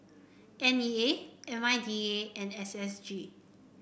N E A I M D A and S S G